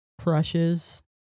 crushes